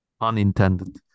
Unintended